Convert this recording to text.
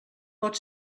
pot